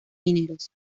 mineros